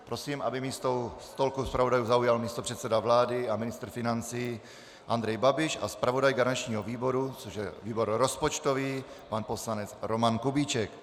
Prosím, aby místo u stolku zpravodajů zaujal místopředseda vlády a ministr financí Andrej Babiš a zpravodaj garančního výboru, což je výbor rozpočtový, pan poslanec Roman Kubíček.